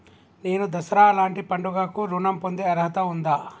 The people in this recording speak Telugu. నేను దసరా లాంటి పండుగ కు ఋణం పొందే అర్హత ఉందా?